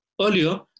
Earlier